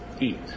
eat